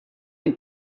been